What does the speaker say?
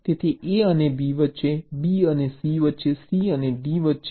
તેથી A અને B વચ્ચે B અને C વચ્ચે C અને D વચ્ચે